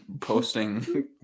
posting